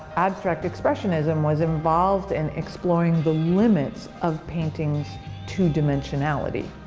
abstract expressionism was involved in exploring the limits of paintings' two dimensionality.